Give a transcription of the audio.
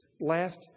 last